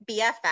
BFF